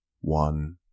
one